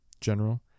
General